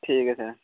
ठीक ऐ सर